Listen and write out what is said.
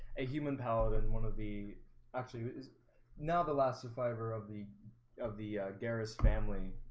a human paladin and one of the actually is now the last survivor of the of the garis family